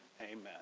Amen